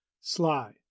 Sly